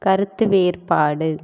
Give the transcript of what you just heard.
கருத்து வேறுபாடு